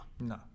no